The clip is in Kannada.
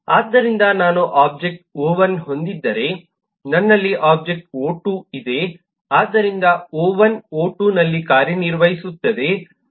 ಆದ್ದರಿಂದ ನಾನು ಒಬ್ಜೆಕ್ಟ್ ಒ1 ಹೊಂದಿದ್ದರೆ ನನ್ನಲ್ಲಿ ಒಬ್ಜೆಕ್ಟ್ ಒ2 ಇದೆ ಆದ್ದರಿಂದ ಒ1 ಒ2 ನಲ್ಲಿ ಕಾರ್ಯನಿರ್ವಹಿಸುತ್ತದೆ